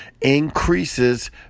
increases